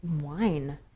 wine